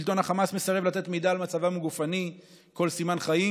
שלטון החמאס מסרב לתת מידע על מצבם הגופני וכל סימן חיים.